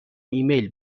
ایمیل